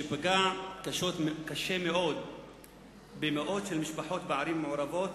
שפגע קשה מאוד במאות משפחות בערים מעורבות,